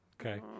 Okay